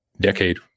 decade